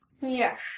Yes